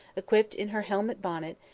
equipped in her helmet-bonnet,